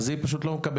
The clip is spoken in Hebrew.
ולכן היא פשוט לא תקבל.